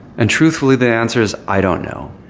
and, truthfully, the answer is i don't know.